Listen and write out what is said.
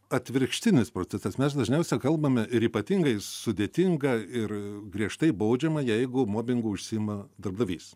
atvirkštinis procesas mes dažniausia kalbame ir ypatingai sudėtinga ir griežtai baudžiama jeigu mobingu užsiima darbdavys